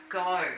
go